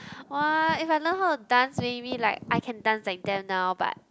!wah! if I learn how to dance maybe like I can dance like them now but